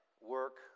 work